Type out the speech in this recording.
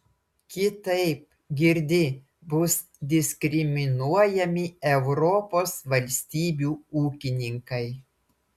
kitaip girdi bus diskriminuojami europos valstybių ūkininkai